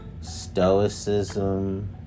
stoicism